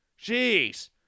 Jeez